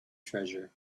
treasure